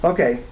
Okay